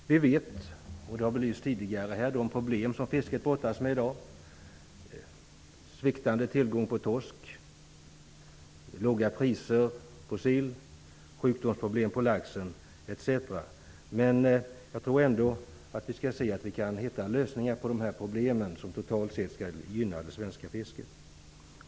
Vi vet, och det har belysts tidigare här, vilka problem som fisket brottas med i dag: sviktande tillgång på torsk, låga priser på sill, sjukdom hos laxen, etc. Men jag tror ändå att vi skall hitta lösningar som totalt sett gynnar det svenska fisket.